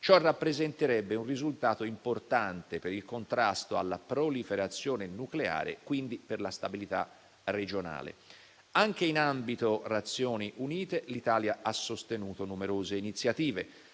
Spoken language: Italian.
Ciò rappresenterebbe un risultato importante per il contrasto alla proliferazione nucleare e quindi per la stabilità regionale. Anche in ambito Nazioni Unite l'Italia ha sostenuto numerose iniziative.